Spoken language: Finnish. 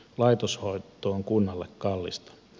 laitoshoito on kunnalle kallista